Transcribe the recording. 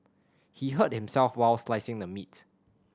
he hurt himself while slicing the meat